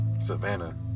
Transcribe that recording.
Savannah